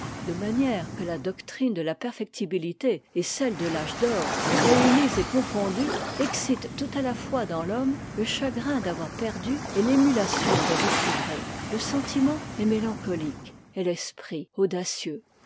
de manière que la doctrine de la perfectibilité et celle de l'âge d'or réunies et confondues excitent tout à la fois dans l'homme le chagrin d'avoir perdu et l'émulation de recouvrer le sentiment est mélancolique et l'esprit audacieux